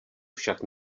však